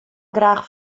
graach